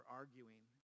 arguing